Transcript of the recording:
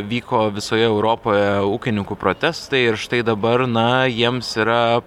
vyko visoje europoje ūkininkų protestai ir štai dabar na jiems yra